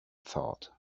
thought